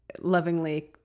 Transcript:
lovingly